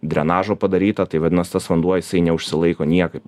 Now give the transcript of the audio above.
drenažo padaryta tai vadinas tas vanduo jisai neužsilaiko niekaip